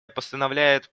постановляет